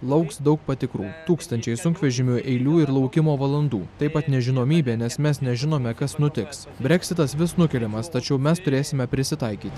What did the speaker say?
lauks daug patikrų tūkstančiai sunkvežimių eilių ir laukimo valandų taip pat nežinomybė nes mes nežinome kas nutiks breksitas vis nukeliamas tačiau mes turėsime prisitaikyt